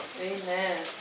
Amen